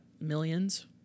millions